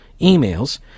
emails